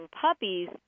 puppies